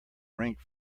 rink